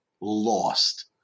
lost